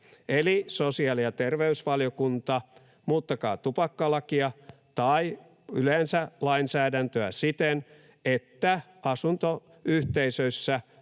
Eli sosiaali- ja terveysvaliokunta: muuttakaa tupakkalakia tai yleensä lainsäädäntöä siten, että asuntoyhteisöissä